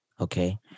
okay